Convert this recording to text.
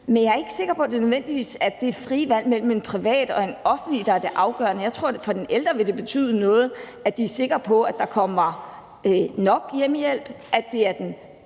men jeg er ikke sikker på, at det nødvendigvis er det frie valg mellem en privat og en offentlig leverandør, der er det afgørende. Jeg tror, at det for de ældre vil betyde noget, at de er sikre på, at der kommer nok hjemmehjælp,